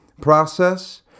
process